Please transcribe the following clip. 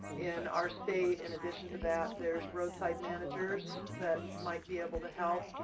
in our state, in addition to that, there's roadside managers that might be able to help.